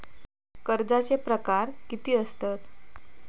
कर्जाचे प्रकार कीती असतत?